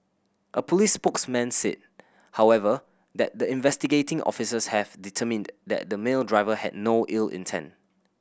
a police spokesman said however that the investigating officers have determined that the male driver had no ill intent